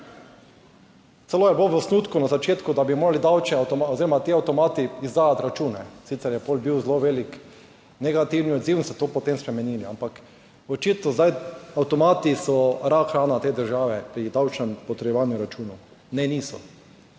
Celo je bilo v osnutku na začetku, da bi morali davčne oziroma ti avtomati izdajati račune, sicer je pol bil zelo velik negativni odziv in so to potem spremenili, ampak očitno zdaj avtomati so rak rana te države pri davčnem potrjevanju računov. Ne, niso.